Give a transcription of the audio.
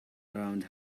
around